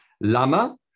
Lama